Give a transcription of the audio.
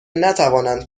نتوانند